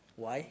why